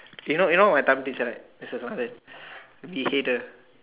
you now you know my Tamil teacher right Mr Reagan he hater